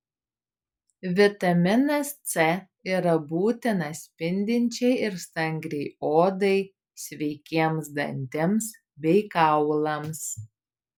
vitaminas c yra būtinas spindinčiai ir stangriai odai sveikiems dantims bei kaulams